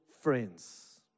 friends